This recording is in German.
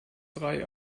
drei